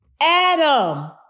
Adam